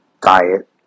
diet